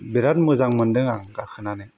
बिरात मोजां मोनदों आं गाखोनानै